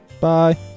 Bye